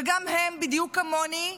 וגם הם, בדיוק כמוני,